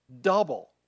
double